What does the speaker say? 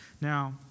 Now